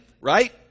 right